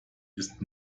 ist